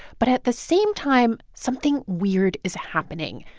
but at the same time, something weird is happening.